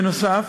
בנוסף,